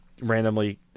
randomly